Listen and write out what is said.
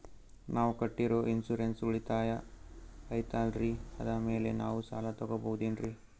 ನಾವು ಕಟ್ಟಿರೋ ಇನ್ಸೂರೆನ್ಸ್ ಉಳಿತಾಯ ಐತಾಲ್ರಿ ಅದರ ಮೇಲೆ ನಾವು ಸಾಲ ತಗೋಬಹುದೇನ್ರಿ?